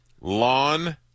Lawn